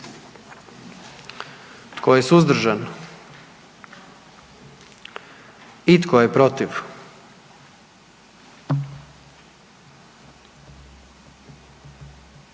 Tko je suzdržan? I tko je protiv?